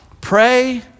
pray